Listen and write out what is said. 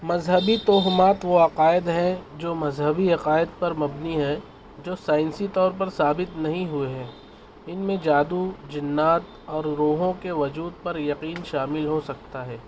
مذہبی توہمات وہ عقائد ہیں جو مذہبی عقائد پر مبنی ہیں جو سائنسی طور پر ثابت نہیں ہوئے ہیں ان میں جادو جنات اور روحوں کے وجود پر یقین شامل ہو سکتا ہے